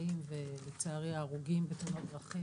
הנפגעים ולצערי ההרוגים בתאונות דרכים.